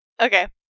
Okay